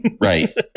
Right